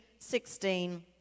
16